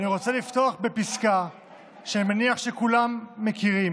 אני רוצה לפתוח בפסקה שאני מניח שכולם מכירים,